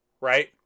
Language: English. right